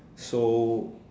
so